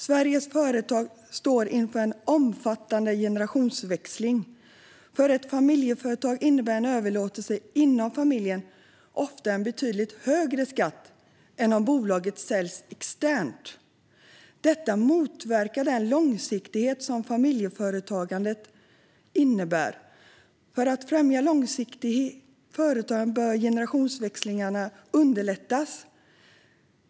Sveriges företag står inför en omfattande generationsväxling. För ett familjeföretag innebär en överlåtelse inom familjen ofta en betydligt högre skatt än om bolaget säljs externt. Detta motverkar den långsiktighet som familjeföretagande innebär. För att främja långsiktigt företagande bör generationsväxlingar underlättas.